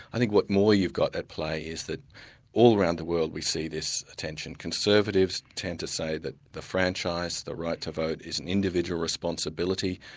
i think what more you've got at play is that all around the world we see this ah tension conservatives tend to say that the franchise, the right to vote, is an individual responsibility.